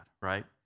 right